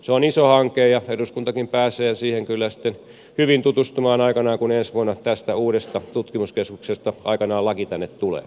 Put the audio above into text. se on iso hanke ja eduskuntakin pääsee siihen kyllä sitten hyvin tutustumaan aikanaan kun ensi vuonna tästä uudesta tutkimuskeskuksesta laki tänne tulee